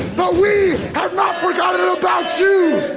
but we have not forgotten ah about you.